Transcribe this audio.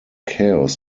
chaos